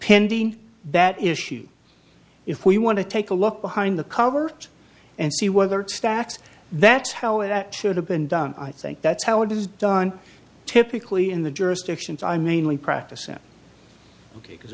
pending that issue if we want to take a look behind the cover and see whether stacks that's how it should have been done i think that's how it is done typically in the jurisdictions i mainly practice at ok because